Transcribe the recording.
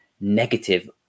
negative